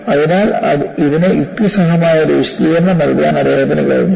അതിനാൽ ഇതിന് യുക്തിസഹമായ ഒരു വിശദീകരണം നൽകാൻ അദ്ദേഹത്തിന് കഴിഞ്ഞു